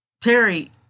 Terry